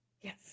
Yes